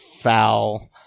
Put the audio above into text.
foul